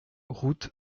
route